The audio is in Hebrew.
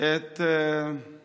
מחוקקים